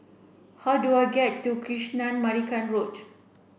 how do I get to Kanisha Marican Road